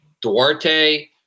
Duarte